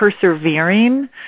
persevering